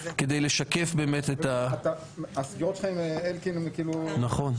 כדי לשקף --- הסגירות שלך עם אלקין --- נכון.